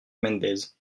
mendez